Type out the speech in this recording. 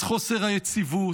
את חוסר היציבות,